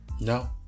No